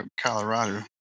Colorado